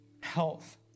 health